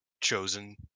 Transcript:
chosen